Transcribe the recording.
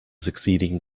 succeeding